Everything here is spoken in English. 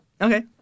Okay